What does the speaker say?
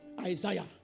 Isaiah